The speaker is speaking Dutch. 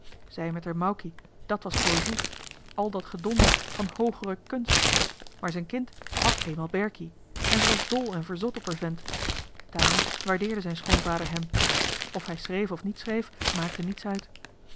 zij met er maukie dàt was poëzie al dat gedonder van hoogere khunst maar z'en kind hàd eenmaal berkie en ze was dol en verzot op er vent daarom waardeerde zijn schoonvader hem of hij schreef of niet schreef maakte niets uit